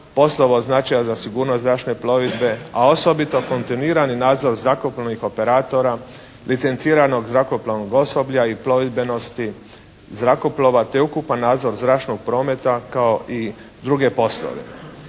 posebnog značaja za sigurnost zračne plovidbe, a osobito kontinuirani nadzor zrakoplovnih operatora, licenciranog zrakoplovnog osoblja i plovidbenosti zrakoplova, te ukupan nadzor zračnog prometa kao i druge poslove.